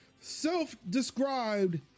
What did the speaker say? Self-described